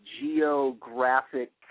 geographic